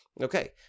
Okay